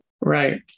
Right